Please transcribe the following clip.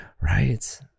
Right